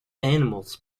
animals